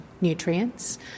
nutrients